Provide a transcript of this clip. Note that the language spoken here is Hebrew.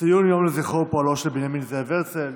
ציון יום לזכרו ופועלו של בנימין זאב הרצל.